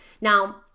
Now